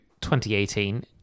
2018